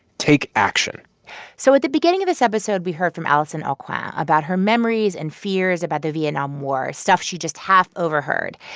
take action so at the beginning of this episode, we heard from alison aucoin ah about her memories and fears about the vietnam war, stuff she just half overheard.